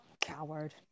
Coward